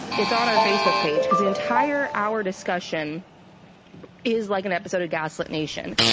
it's on our facebook page because the entire hour discussion is like an episode of gaslit nation.